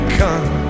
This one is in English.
come